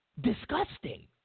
disgusting